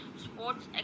Sports